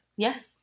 Yes